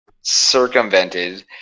circumvented